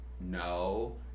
No